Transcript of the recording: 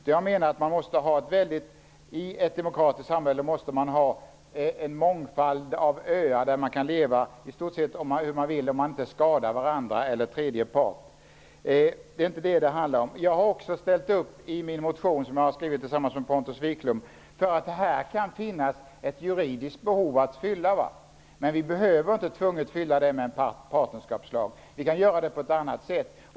Jag menar att man i ett demokratiskt samhälle måste ha en mångfald av öar där man i stort sett kan leva hur man vill, om man inte skadar varandra eller tredje part. Det är inte detta det handlar om. Jag har också i min motion, som jag har skrivit tillsammans med Pontus Wiklund, ställt upp för att här kan finnas ett juridiskt behov att fylla. Men vi är inte tvungna att fylla det med en partnerskapslag. Vi kan göra det på ett annat sätt.